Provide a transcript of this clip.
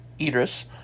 Idris